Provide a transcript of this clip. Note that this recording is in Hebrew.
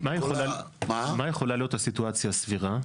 מה יכולה להיות סיטואציה סבירה,